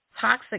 toxic